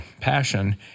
passion